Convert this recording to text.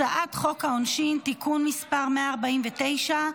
הצעת חוק העונשין (תיקון מס' 149),